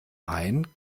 hein